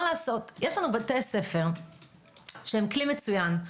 יש לנו בתי ספר שהם כלי מצוין.